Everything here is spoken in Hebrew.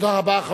תודה רבה.